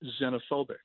xenophobic